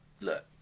look